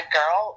girl